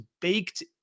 baked